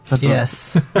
Yes